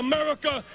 America